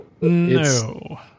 No